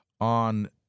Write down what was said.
on